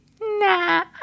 Nah